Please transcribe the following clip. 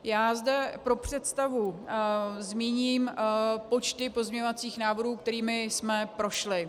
Já zde pro představu zmíním počty pozměňovacích návrhů, kterými jsme prošli.